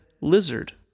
lizard